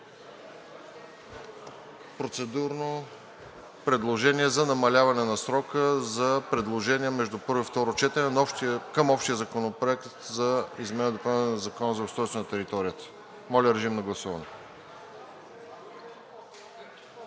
Процедурното предложение е за намаляване на срока за предложения между първо и второ четене към Общия законопроект за изменение и допълнение на Закона за устройство на територията. Моля, режим на гласуване.